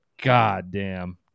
goddamn